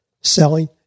selling